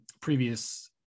previous